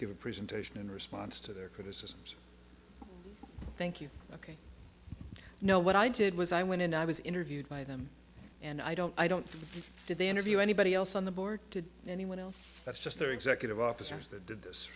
give a presentation in response to their criticisms thank you ok i know what i did was i went in i was interviewed by them and i don't i don't do the interview anybody else on the board to anyone else that's just the executive officers that did this